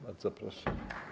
Bardzo proszę.